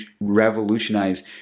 revolutionize